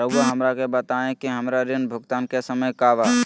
रहुआ हमरा के बताइं कि हमरा ऋण भुगतान के समय का बा?